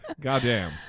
Goddamn